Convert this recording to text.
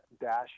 Dash